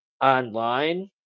online